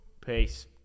Peace